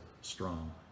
strong